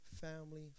family